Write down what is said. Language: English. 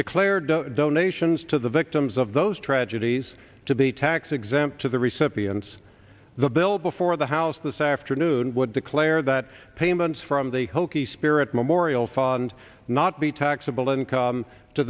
declared donations to the victims of those tragedies to be tax exempt to the recipients the bill before the house this afternoon would declare that payments from the hokie spirit memorial fund not be taxable income to